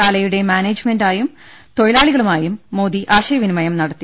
ശാലയുടെ മാനേജ്മെന്റുമായും തൊഴിലാളികളുമായും മോദി ആശയവിനിമയം നടത്തി